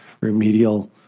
remedial